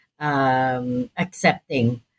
Accepting